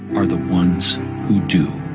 are the ones who do